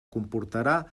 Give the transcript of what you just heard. comportarà